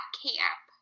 camp